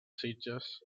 sitges